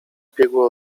biegło